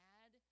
add